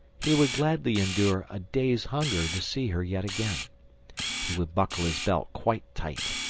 he would gladly endure a day's hunger to see her yet again he would buckle his belt quite tight.